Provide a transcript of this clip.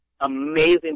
amazing